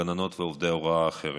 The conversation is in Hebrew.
הגננות ועובדי ההוראה האחרים.